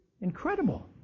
Incredible